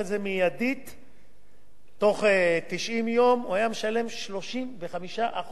בתוך 90 יום, הוא היה משלם 35% מס על כל השארית.